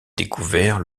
découvert